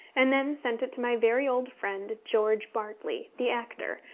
and then sent it to my very old friend, george bartley the actor,